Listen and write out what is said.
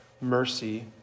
mercy